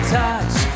touch